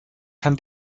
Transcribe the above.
kann